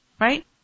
right